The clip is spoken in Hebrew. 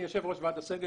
אני יושב ראש ועד הסגל,